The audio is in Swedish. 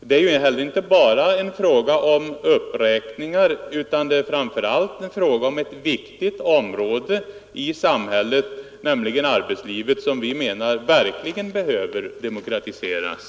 Det är inte heller enbart fråga om uppräkningar, utan det är framför allt fråga om ett viktigt område i samhället, nämligen arbetslivet, som vi menar verkligen behöver demokratiseras.